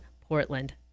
Portland